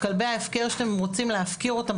כלבי ההפקר שאתם רוצים להפקיר אותם